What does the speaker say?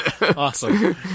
Awesome